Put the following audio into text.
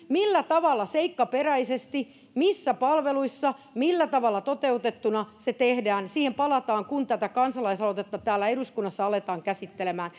siihen millä tavalla seikkaperäisesti missä palveluissa millä tavalla toteutettuna se tehdään palataan kun tätä kansalaisaloitetta täällä eduskunnassa aletaan käsittelemään